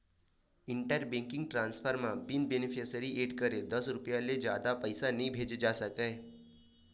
inter banking transfer म बिन beneficiary add करे दस रूपिया ले जादा के पइसा नइ भेजे जा सकय